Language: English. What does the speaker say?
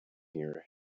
here